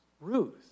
Ruth